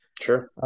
sure